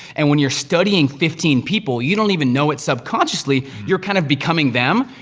and when you're studying fifteen people, you don't even know it subconsciously, you're kind of becoming them.